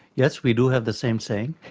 yes, we do have the same saying,